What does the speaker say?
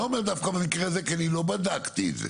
לא אומר דווקא במקרה הזה כי אני לא בדקתי את זה.